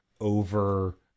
over